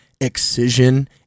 Excision